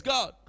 God